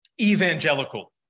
evangelical